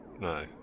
No